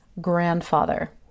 grandfather